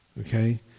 Okay